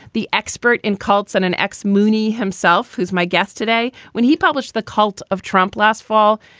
the expert in cults and an ex moonie himself, who's my guest today when he published the cult of trump last fall,